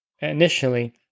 initially